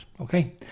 okay